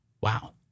Wow